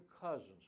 Cousins